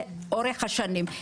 לאורך השנים.